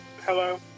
Hello